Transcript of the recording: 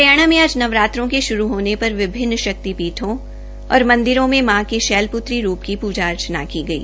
हरियाणा में आज नवरात्रों के शुरू होने पर विभिन्न शक्ति पीठों और मंदिरों में मां के शैलपत्री रूप की पुजा अर्चना की गई